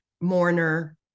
mourner